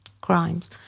crimes